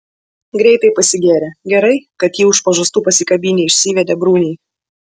greitai pasigėrė gerai kad jį už pažastų pasikabinę išsivedė bruniai